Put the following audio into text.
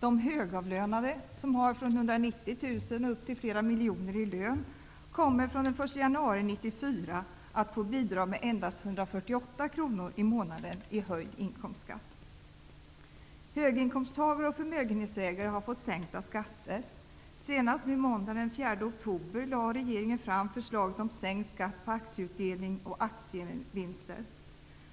De högavlönade, som har från 190 000 upp till flera miljoner kronor i lön kommer från den 1 januari 1994 att få bidra med endast 148 kr i månaden i höjd inkomstskatt. Höginkomsttagare och förmögenhetsägare har fått sänkta skatter. Senast måndagen den 4 oktober lade regeringen fram förslag om sänkt skatt på aktievinster.